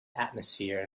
atmosphere